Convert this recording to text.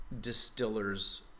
distillers